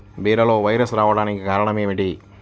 బీరలో వైరస్ రావడానికి కారణం ఏమిటి?